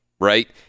right